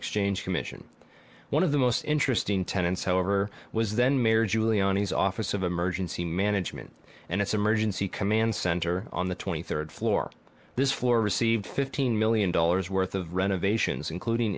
exchange commission one of the most interesting tenants however was then mayor giuliani's office of emergency management and its emergency command center on the twenty third floor this floor received fifteen million dollars worth of renovations including